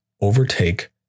overtake